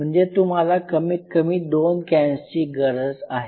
म्हणजे तुम्हाला कमीत कमी दोन कॅन्सची गरज आहे